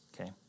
okay